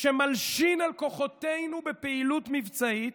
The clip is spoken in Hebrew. שמלשין על כוחותינו בפעילות מבצעית.